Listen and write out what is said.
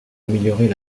améliorer